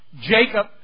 Jacob